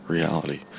reality